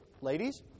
ladies